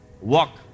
Walk